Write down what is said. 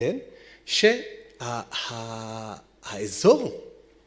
כן, שהאיזור